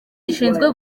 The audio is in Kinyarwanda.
gishinzwe